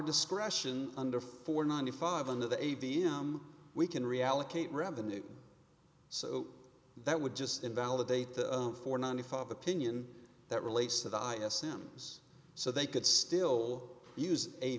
discretion under four ninety five under the a b m we can reallocate revenue so that would just invalidate the four ninety five opinion that relates to the highest sims so they could still use a